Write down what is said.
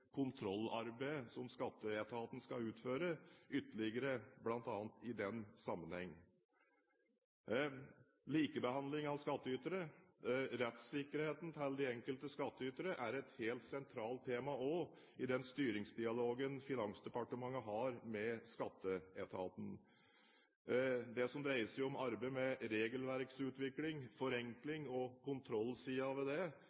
kontrollarbeidet som skatteetaten skal utføre, ytterligere. Likebehandling av skattytere og rettssikkerheten til de enkelte skattytere er et helt sentralt tema også i den styringsdialogen Finansdepartementet har med skatteetaten. Det som dreier seg om arbeidet med regelverksutvikling, forenkling og kontrollsiden ved det,